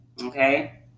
Okay